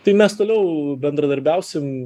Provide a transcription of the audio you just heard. tai mes toliau bendradarbiausime